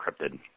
encrypted